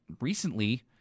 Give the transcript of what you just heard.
recently